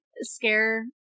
scare